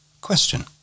Question